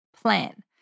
plan